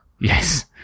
Yes